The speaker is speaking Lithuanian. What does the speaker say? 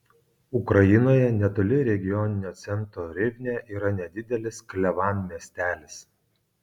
ukrainoje netoli regioninio centro rivne yra nedidelis klevan miestelis